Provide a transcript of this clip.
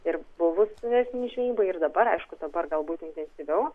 ir buvo intensyvesnė žvejyba ir dabar aišku dabar galbūt intensyviau